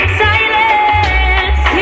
silence